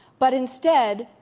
but instead,